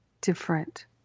different